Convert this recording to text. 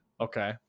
Okay